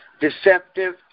Deceptive